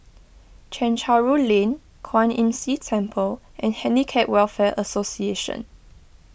Chencharu Lane Kwan Imm See Temple and Handicap Welfare Association